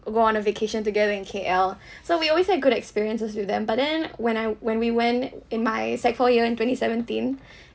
go on a vacation together in K_L so we always had good experiences with them but then when I when we went in my sec four year in twenty seventeen